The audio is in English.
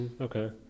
Okay